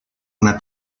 una